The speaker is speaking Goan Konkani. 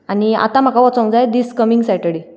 आनी आतां म्हाका वचूंक जाय दीस कमींग सेटर्डे